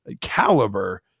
caliber